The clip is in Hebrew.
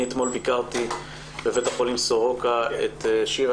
אני אתמול ביקרתי בבית החולים סורוקה את שירה